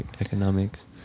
economics